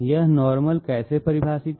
यह नॉर्मल कैसे परिभाषित है